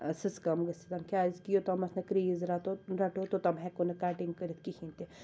سٕژٕ کٲم گٔژھ تن کیازٕ کہِ یوٚتام نہٕ کریز رَٹو توٚتام ہیٚکو نہٕ کَٹنٛگ کٔرِتھ کہیٖنۍ تہِ